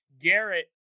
Garrett